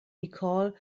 nicole